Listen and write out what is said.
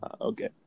Okay